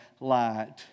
light